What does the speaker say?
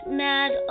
mad